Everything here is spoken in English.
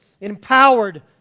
empowered